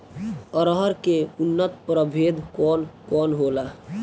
अरहर के उन्नत प्रभेद कौन कौनहोला?